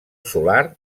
solar